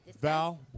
Val